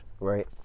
Right